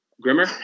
Grimmer